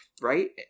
right